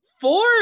Four